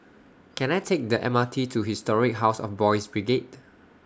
Can I Take The M R T to Historic House of Boys' Brigade